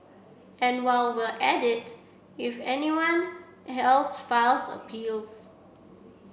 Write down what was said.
and while we're at it if anyone else files appeals